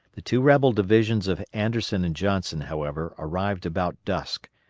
the two rebel divisions of anderson and johnson, however, arrived about dusk,